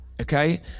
okay